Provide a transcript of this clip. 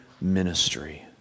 ministry